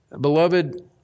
Beloved